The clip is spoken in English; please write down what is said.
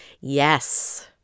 Yes